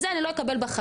את זה אני לא אקבל בחיים.